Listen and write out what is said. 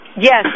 Yes